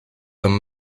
comme